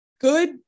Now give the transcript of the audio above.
good